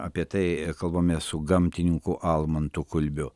apie tai kalbamės su gamtininku almantu kulbiu